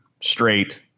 straight